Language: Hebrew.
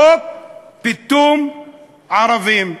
חוק פיטום ערבים.